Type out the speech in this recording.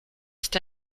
ist